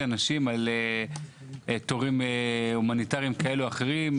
אנשים על תורים הומניטריים כאלה ואחרים,